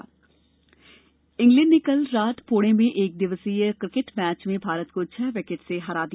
cricket England ने कल रात पुणे में दूसरे एकदिवसीय क्रिकेट मैच में भारत को छह विकेट से हरा दिया